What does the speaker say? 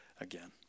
again